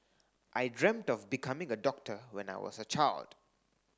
I dreamt of becoming a doctor when I was a child